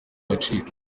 agaciro